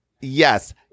yes